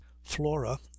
flora